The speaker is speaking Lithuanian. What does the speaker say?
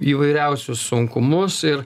įvairiausius sunkumus ir